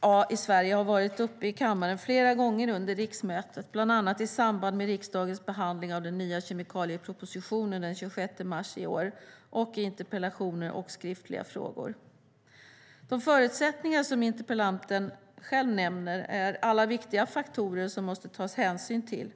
A i Sverige har varit uppe i kammaren flera gånger under riksmötet, bland annat i samband med riksdagens behandling av den nya kemikaliepropositionen den 26 mars i år och i interpellationer och skriftliga frågor. De förutsättningar som interpellanten själv nämner är alla viktiga faktorer som det måste tas hänsyn till.